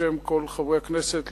בשם כל חברי הכנסת,